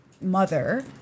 mother